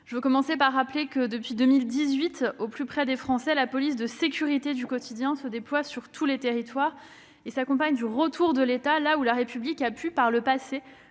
Je veux tout d'abord rappeler que, depuis 2018, au plus près des Français, la police de sécurité du quotidien se déploie sur tous les territoires. Elle accompagne le retour de l'État là où la République a pu, par le passé,